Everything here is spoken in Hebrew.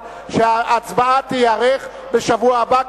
שההצבעה תיערך בשבוע הבא,